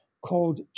called